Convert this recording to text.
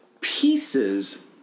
pieces